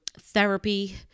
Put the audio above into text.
therapy